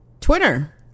Twitter